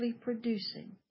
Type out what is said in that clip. producing